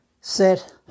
Set